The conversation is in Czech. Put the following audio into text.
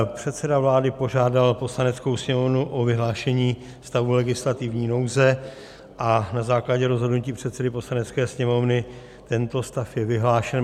Předseda vlády požádal Poslaneckou sněmovnu o vyhlášení stavu legislativní nouze a na základě rozhodnutí předsedy Poslanecké sněmovny tento stav je vyhlášen.